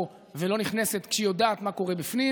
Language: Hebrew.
ולא נכנסת כשהיא יודעת מה קורה בפנים,